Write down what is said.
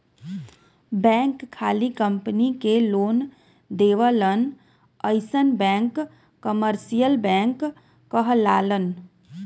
bank खाली company के loan देवलन अइसन बैंक कमर्सियल बैंक कहलालन